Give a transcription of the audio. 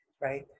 right